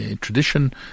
tradition